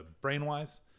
brain-wise